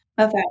Okay